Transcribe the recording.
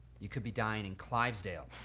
you could be dying in clivesdale